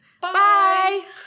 Bye